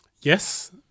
yes